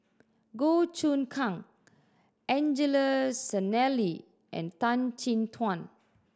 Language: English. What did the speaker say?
Goh Choon Kang Angelo Sanelli and Tan Chin Tuan